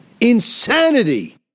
Insanity